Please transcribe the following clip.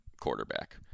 quarterback